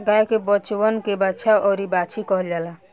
गाय के बचवन के बाछा अउरी बाछी कहल जाला